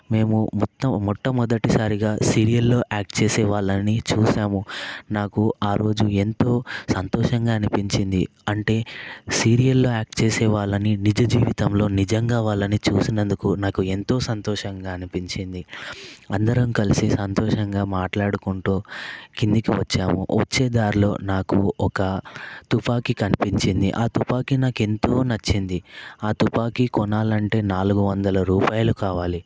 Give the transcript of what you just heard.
మేము మొత్తం మొట్టమొదటిసారిగా సీరియల్లో యాక్ట్ చేసే వాళ్ళని చూశాము నాకు ఆ రోజు ఎంతో సంతోషంగా అనిపించింది అంటే సీరియల్లో యాక్ట్ చేసే వాళ్ళని నిజ జీవితంలో నిజంగా వాళ్ళని చూసినందుకు నాకు ఎంతో సంతోషంగా అనిపించింది అందరం కలిసి సంతోషంగా మాట్లాడుకుంటూ కిందికి వచ్చాము వచ్చే దారిలో నాకు ఒక తుపాకీ కనిపించింది ఆ తుపాకి నాకు ఎంతో నచ్చింది ఆ తుపాకీ కొనాలంటే నాలుగు వందల రూపాయలు కావాలి